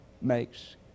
makes